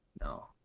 no